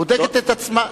בודקת את עצמה.